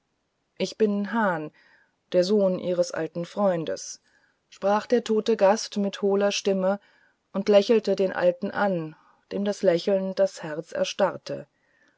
ich bin hahn der sohn ihres alten freundes sprach der tote gast mit hohler stimme und lächelte den alten an dem das lächeln das herz erstarrte